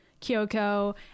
kyoko